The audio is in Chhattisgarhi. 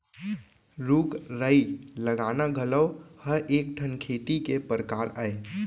रूख राई लगाना घलौ ह एक ठन खेती के परकार अय